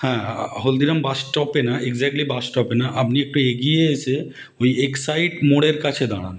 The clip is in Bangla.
হ্যাঁ হ্যাঁ হহলদিরাম বাসস্টপে না একজ্যাক্টলি বাসস্টপে না আপনি একটু এগিয়ে এসে ওই এক্সাইট মোড়ের কাছে দাঁড়ান